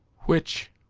which,